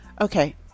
okay